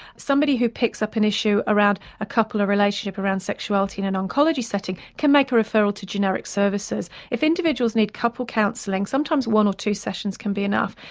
somebody who picks up an issue around a couple, a relationship around sexuality in an oncology setting can make a referral to generic services. if individuals need couple counselling, sometimes one or two sessions can be enough.